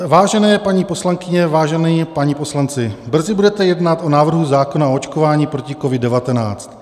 Vážené paní poslankyně, vážení páni poslanci, brzy budete jednat o návrhu zákona o očkování proti COVID19.